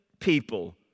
people